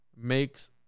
makes